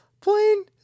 plane